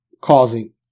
causing